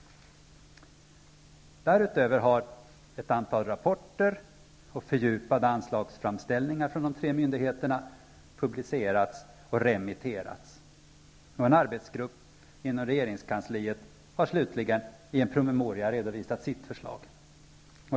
Därutöver har ett antal rapporter och fördjupade anslagsframställningar från de tre myndigheterna publicerats och remitterats. En arbetsgrupp inom regeringskansliet har slutligen i en promemoria redovisat sitt förslag.